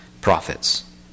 prophets